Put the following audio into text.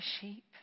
sheep